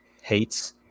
hates